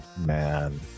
man